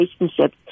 relationships